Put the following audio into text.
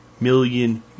million